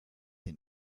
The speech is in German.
den